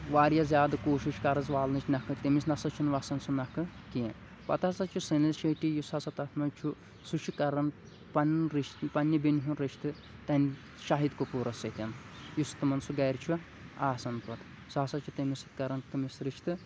واریاہ زیادٕ کوٗشِش قرض والنٕچ نکھٕ تٔمِس نَسا چھِنہٕ وسان سُہ نکھٕ کیٚنٛہہ پتہٕ ہاسا چھُ سُنیل شیٹۍ یُس ہاسا تتھ منٛز چھُ سُہ چھُ کَران پنُن رِشتہِ پنٕنہِ بیٚنہِ ہُند رِشتہٕ تٔمۍ شاہد کپوٗرس سٍتۍ یُس تِمن سُہ گرِ چھُ آسان پَتہٕ سُہ ہاسا چھُ تٔمِس سٍتۍ کَران تٔمِس رِشتہٕ